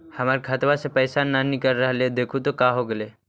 हमर खतवा से पैसा न निकल रहले हे देखु तो का होगेले?